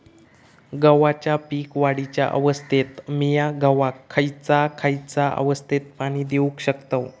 गव्हाच्या पीक वाढीच्या अवस्थेत मिया गव्हाक खैयचा खैयचा अवस्थेत पाणी देउक शकताव?